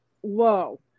whoa